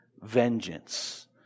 vengeance